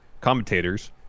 commentators